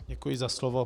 Děkuji za slovo.